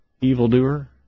evildoer